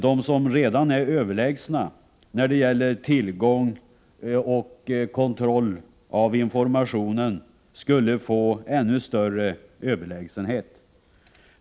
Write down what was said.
De som redan är överlägsna när det gäller tillgång till och kontroll av informationen skulle få ännu större överlägsenhet.